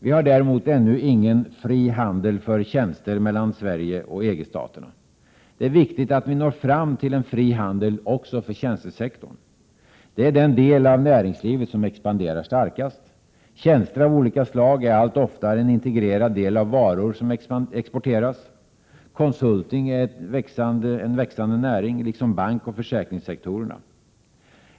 Vi har däremot ännu ingen fri handel för tjänster mellan Sverige och EG-staterna. Det är viktigt att vi når fram till en fri handel också för tjänstesektorn. Det är den del av näringslivet som expanderar starkast. Tjänster av olika slag är allt oftare en integrerad del av varor som exporteras. Konsulting är en växande näring, liksom bankoch försäkringssektorerna.